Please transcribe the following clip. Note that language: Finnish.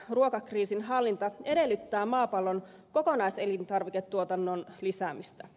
ruokakriisin hallinta edellyttää maapallon kokonaiselintarviketuotannon lisäämistä